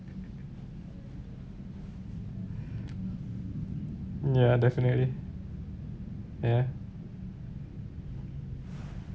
ya definitely ya